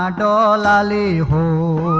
la la la la